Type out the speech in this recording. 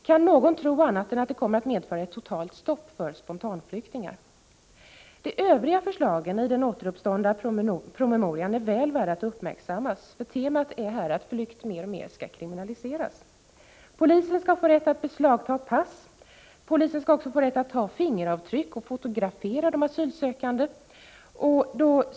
Kan någon tro annat än att det kommer att medföra ett totalt stopp för spontanflyktingar? De övriga förslagen i den återuppståndna promemorian är väl värda att uppmärksammas. Temat är att flykt skall kriminaliseras i allt större utsträckning. Polisen skall få rätt att beslagta pass. Polisen skall också få rätt att ta fingeravtryck och att fotografera de asylsökande.